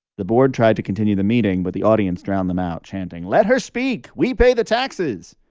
the board tried to continue the meeting, but the audience drowned them out, chanting, let her speak. we pay the taxes.